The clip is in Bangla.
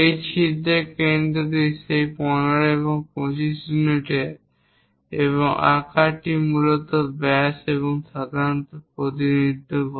সেই ছিদ্রের কেন্দ্রটি সেই 15 এবং 25 ইউনিটে এবং আকারটি মূলত ব্যাস আমরা সাধারণত প্রতিনিধিত্ব করে